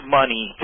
money